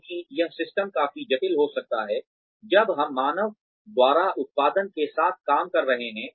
क्योंकि यह सिस्टम काफी जटिल हो सकता है जब हम मानव द्वारा उत्पादन के साथ काम कर रहे हैं